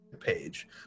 page